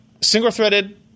Single-threaded